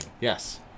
Yes